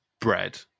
Bread